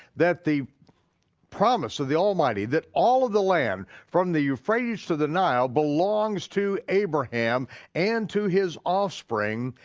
that the promise of the almighty that all of the land from the euphrates to the nile belongs to abraham and to his offspring.